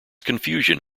confusion